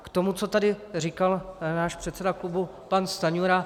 K tomu, co tady říkal náš předseda klubu pan Stanjura.